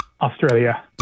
Australia